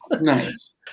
Nice